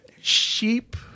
Sheep